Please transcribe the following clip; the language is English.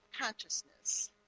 consciousness